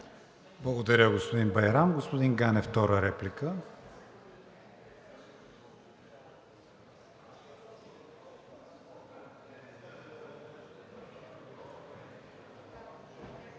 Благодаря, господин Байрам. Господин Ганев, втора реплика.